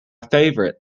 favorite